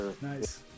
Nice